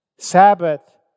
Sabbath